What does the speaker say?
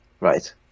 Right